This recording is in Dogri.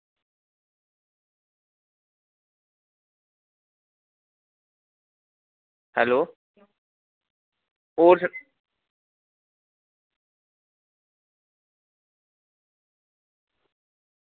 हैलो होर